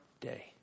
day